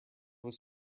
was